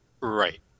Right